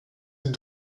êtes